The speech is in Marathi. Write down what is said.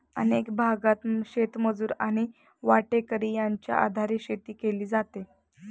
अनेक भागांत शेतमजूर आणि वाटेकरी यांच्या आधारे शेती केली जाते